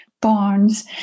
barns